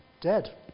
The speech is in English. dead